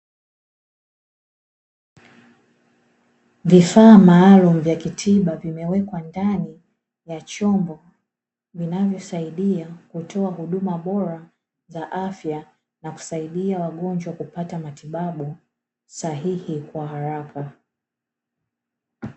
Vifaa maalumu vya kitiba vimewekwa ndani ya chombo, vinavyosaidia kutoa huduma bora za afya, na kusaidia wagonjwa kupata matibabu sahihi kwa haraka.